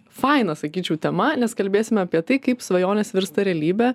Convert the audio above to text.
faina sakyčiau tema nes kalbėsime apie tai kaip svajonės virsta realybe